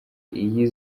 iyi